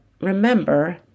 remember